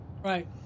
Right